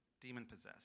demon-possessed